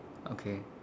okay